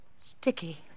Sticky